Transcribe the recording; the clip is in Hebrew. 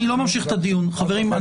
אני לא ממשיך את הדיון, חברים.